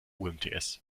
umts